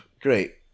Great